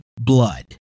blood